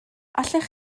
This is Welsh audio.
allech